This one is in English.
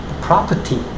property